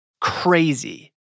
crazy